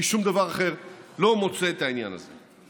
כי שום דבר אחר לא נמצא בעניין הזה.